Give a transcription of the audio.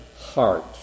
heart